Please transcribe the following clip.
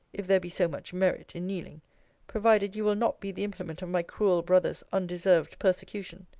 if there be so much merit in kneeling provided you will not be the implement of my cruel brother's undeserved persecution.